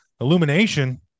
illumination